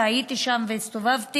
והייתי שם והסתובבתי,